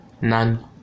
None